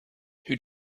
who